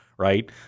Right